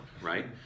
right